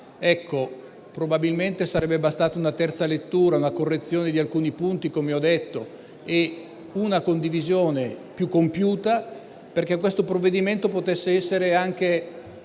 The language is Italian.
Probabilmente sarebbe bastata una terza lettura con la correzione di alcuni punti, come ho detto, e una condivisione più compiuta perché questo disegno di legge potesse essere anche